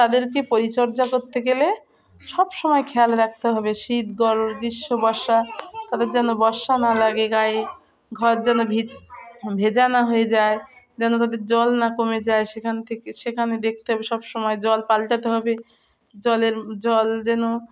তাদেরকে পরিচর্যা করতে গেলে সব সময় খেয়াল রাখতে হবে শীত গরম গ্রীষ্ম বর্ষা তাদের যেন বর্ষা না লাগে গায়ে ঘর যেন ভিজ ভেজা না হয়ে যায় যেন তাদের জল না কমে যায় সেখান থেকে সেখানে দেখতে হবে সব সময় জল পাল্টাতে হবে জলের জল যেন